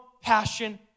passion